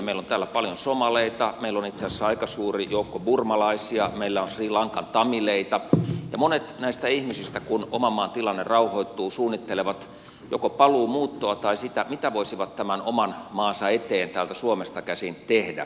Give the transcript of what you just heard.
meillä on täällä paljon somaleita meillä on itse asiassa aika suuri joukko burmalaisia meillä on sri lankan tamileita ja monet näistä ihmisistä kun oman maan tilanne rauhoittuu suunnittelevat joko paluumuuttoa tai sitä mitä voisivat tämän oman maansa eteen täältä suomesta käsin tehdä